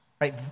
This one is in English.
right